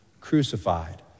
Crucified